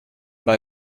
bei